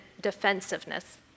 defensiveness